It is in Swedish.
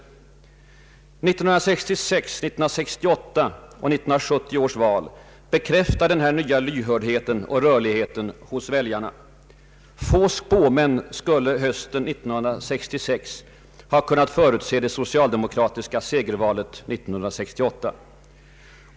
Valen år 1966, 1968 och 1970 bekräftar denna nya lyhördhet och rörlighet hos väljarna. Få spåmän skulle hösten 1966 ha kunnat förutse det socialdemokratiska segervalet år 1968.